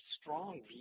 strong